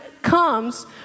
comes